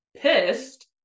pissed